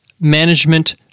management